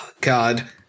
God